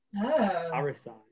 Parasite